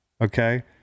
Okay